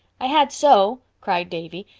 i had so, cried davy,